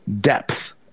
depth